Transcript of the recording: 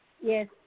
yes